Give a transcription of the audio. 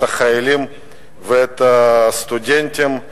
את החיילים ואת הסטודנטים.